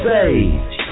Say